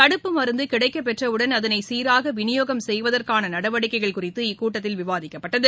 தடுப்பு மருந்து கிடைக்கப் பெற்றவுடன் அதனை சீராக விநியோகம் செய்வதற்கான நடவடிக்கைகள் குறித்து இக்கூட்டத்தில் விவாதிக்கப்பட்டது